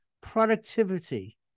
productivity